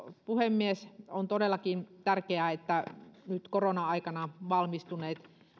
puhemies on todellakin tärkeää että nyt korona aikana valmistuneilla